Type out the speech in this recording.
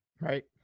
Right